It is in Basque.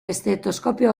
estetoskopio